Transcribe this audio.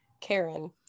karen